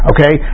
Okay